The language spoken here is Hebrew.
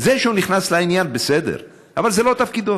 זה שהוא נכנס לעניין בסדר, אבל זה לא תפקידו.